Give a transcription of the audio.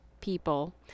people